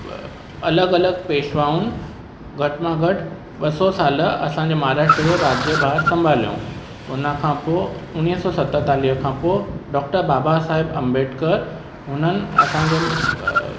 अलॻि अलॻि पेशवाऊं घटि मां घटि ॿ सौ साल असांजा महाराष्ट्र जो राज्यभार संभालियूं हुन खां पोइ उणिवीह सौ सतेतालीह खां पोइ डॉक्टर बाबा साहिब अंबेडकर हुननि असांजे